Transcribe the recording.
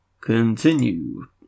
Continue